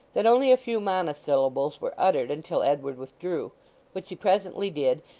that only a few monosyllables were uttered until edward withdrew which he presently did,